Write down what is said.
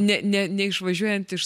ne ne neišvažiuojant iš